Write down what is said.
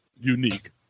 unique